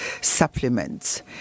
supplements